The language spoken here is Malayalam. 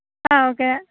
ആ ഓക്കെ